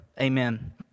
Amen